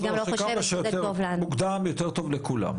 כמה שיותר מוקדם יותר טוב,